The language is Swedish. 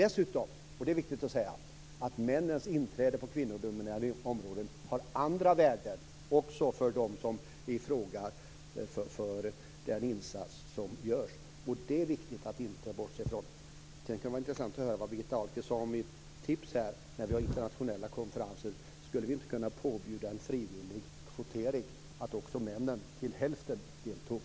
Dessutom, och det är viktigt att säga, har männens inträde på kvinnodominerade områden andra värden också för dem som är föremål för den insats som görs. Det är viktigt att inte bortse från. Sedan kan det vara intressant att höra vad Birgitta Ahlqvist säger om mitt tips här. Skulle vi inte när vi har internationella konferenser kunna påbjuda en frivillig kvotering så att också männen till hälften deltog?